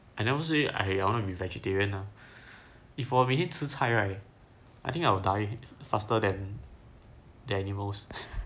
I never say I wanna to be vegetarian lah if 我每天吃菜 right I think I will die faster than animals